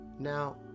Now